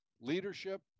leadership